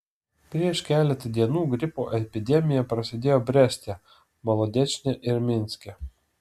prieš keletą dienų gripo epidemija prasidėjo breste molodečne ir minske